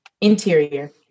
Interior